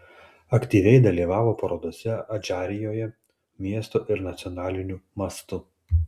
aktyviai dalyvavo parodose adžarijoje miesto ir nacionaliniu mastu